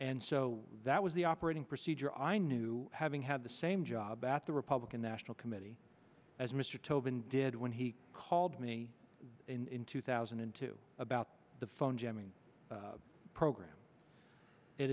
and so that was the operating procedure i knew having had the same job at the republican national committee as mr tobin did when he called me in two thousand and two about the phone jamming program it